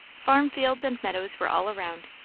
farm fields and meadows were all around,